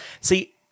See